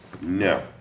No